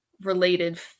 related